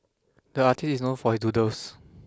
the artist is known for his doodles